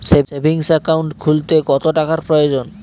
Savings account খুলতে কত টাকার প্রয়োজন?